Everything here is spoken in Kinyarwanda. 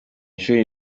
ishuri